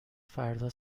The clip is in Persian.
فردا